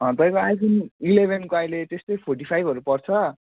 तपाईँको आइफोन इलेभेनको अहिले त्यस्तै फोर्टी फाइभहरू पर्छ